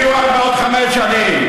ההיתכנות היא רק בעוד חמש שנים,